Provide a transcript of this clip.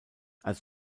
als